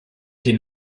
den